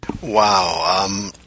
Wow